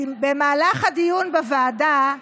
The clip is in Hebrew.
במהלך הדיון בוועדה,